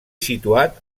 situat